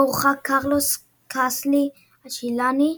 בו הורחק קרלוס קאסלי הצ'ילאני.